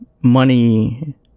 money